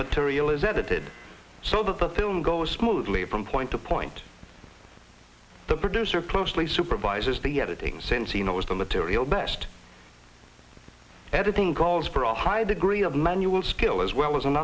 material is edited so that the film goes smoothly from point to point the producer closely supervises the editing since he knows the material best editing calls for a high degree of manual skill as well as an